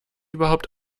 überhaupt